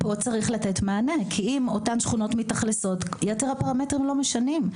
פה צריך לתת מענה כי אם אותן שכונות מתאכלסות יתר הפרמטרים לא משנים.